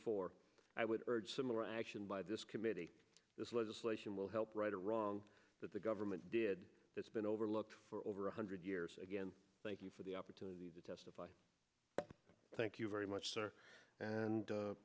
four i would urge similar action by this committee this legislation will help right or wrong that the government did has been overlooked for over one hundred years again thank you for the opportunity to testify thank you very much sir and